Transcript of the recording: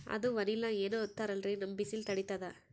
ಅದು ವನಿಲಾ ಏನೋ ಅಂತಾರಲ್ರೀ, ನಮ್ ಬಿಸಿಲ ತಡೀತದಾ?